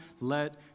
let